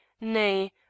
nay